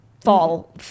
fall